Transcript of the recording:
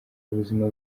ubuzima